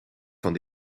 van